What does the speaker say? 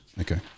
Okay